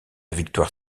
victoire